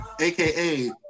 aka